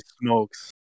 smokes